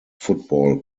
football